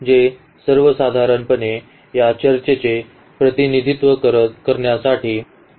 जे सर्वसाधारणपणे या चर्चेचे प्रतिनिधित्व करण्यासाठी करते